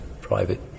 private